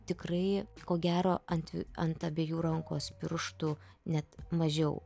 tikrai ko gero ant ant abiejų rankos pirštų net mažiau